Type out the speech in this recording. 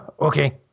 Okay